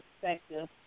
perspective